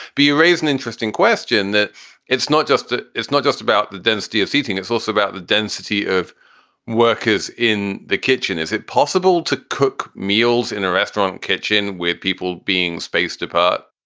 but you raise an interesting question that it's not just it's not just about the density of seating, it's also about the density of work is in the kitchen. is it possible to cook meals in a restaurant kitchen with people being spaced apart?